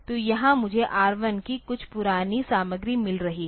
तो यहाँ मुझे R 1 की कुछ पुरानी सामग्री मिल रही है